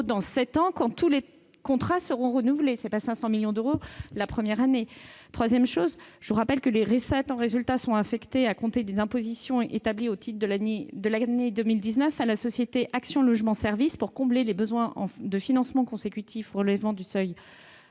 dans sept ans quand tous les contrats auront été renouvelés ; il ne s'agit pas de 500 millions d'euros la première année. En outre, les recettes en résultat seront affectées à compter des impositions établies au titre de l'année 2019 à la société Action Logement Services pour combler les besoins de financement consécutifs au relèvement du seuil